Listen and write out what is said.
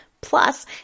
plus